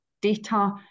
data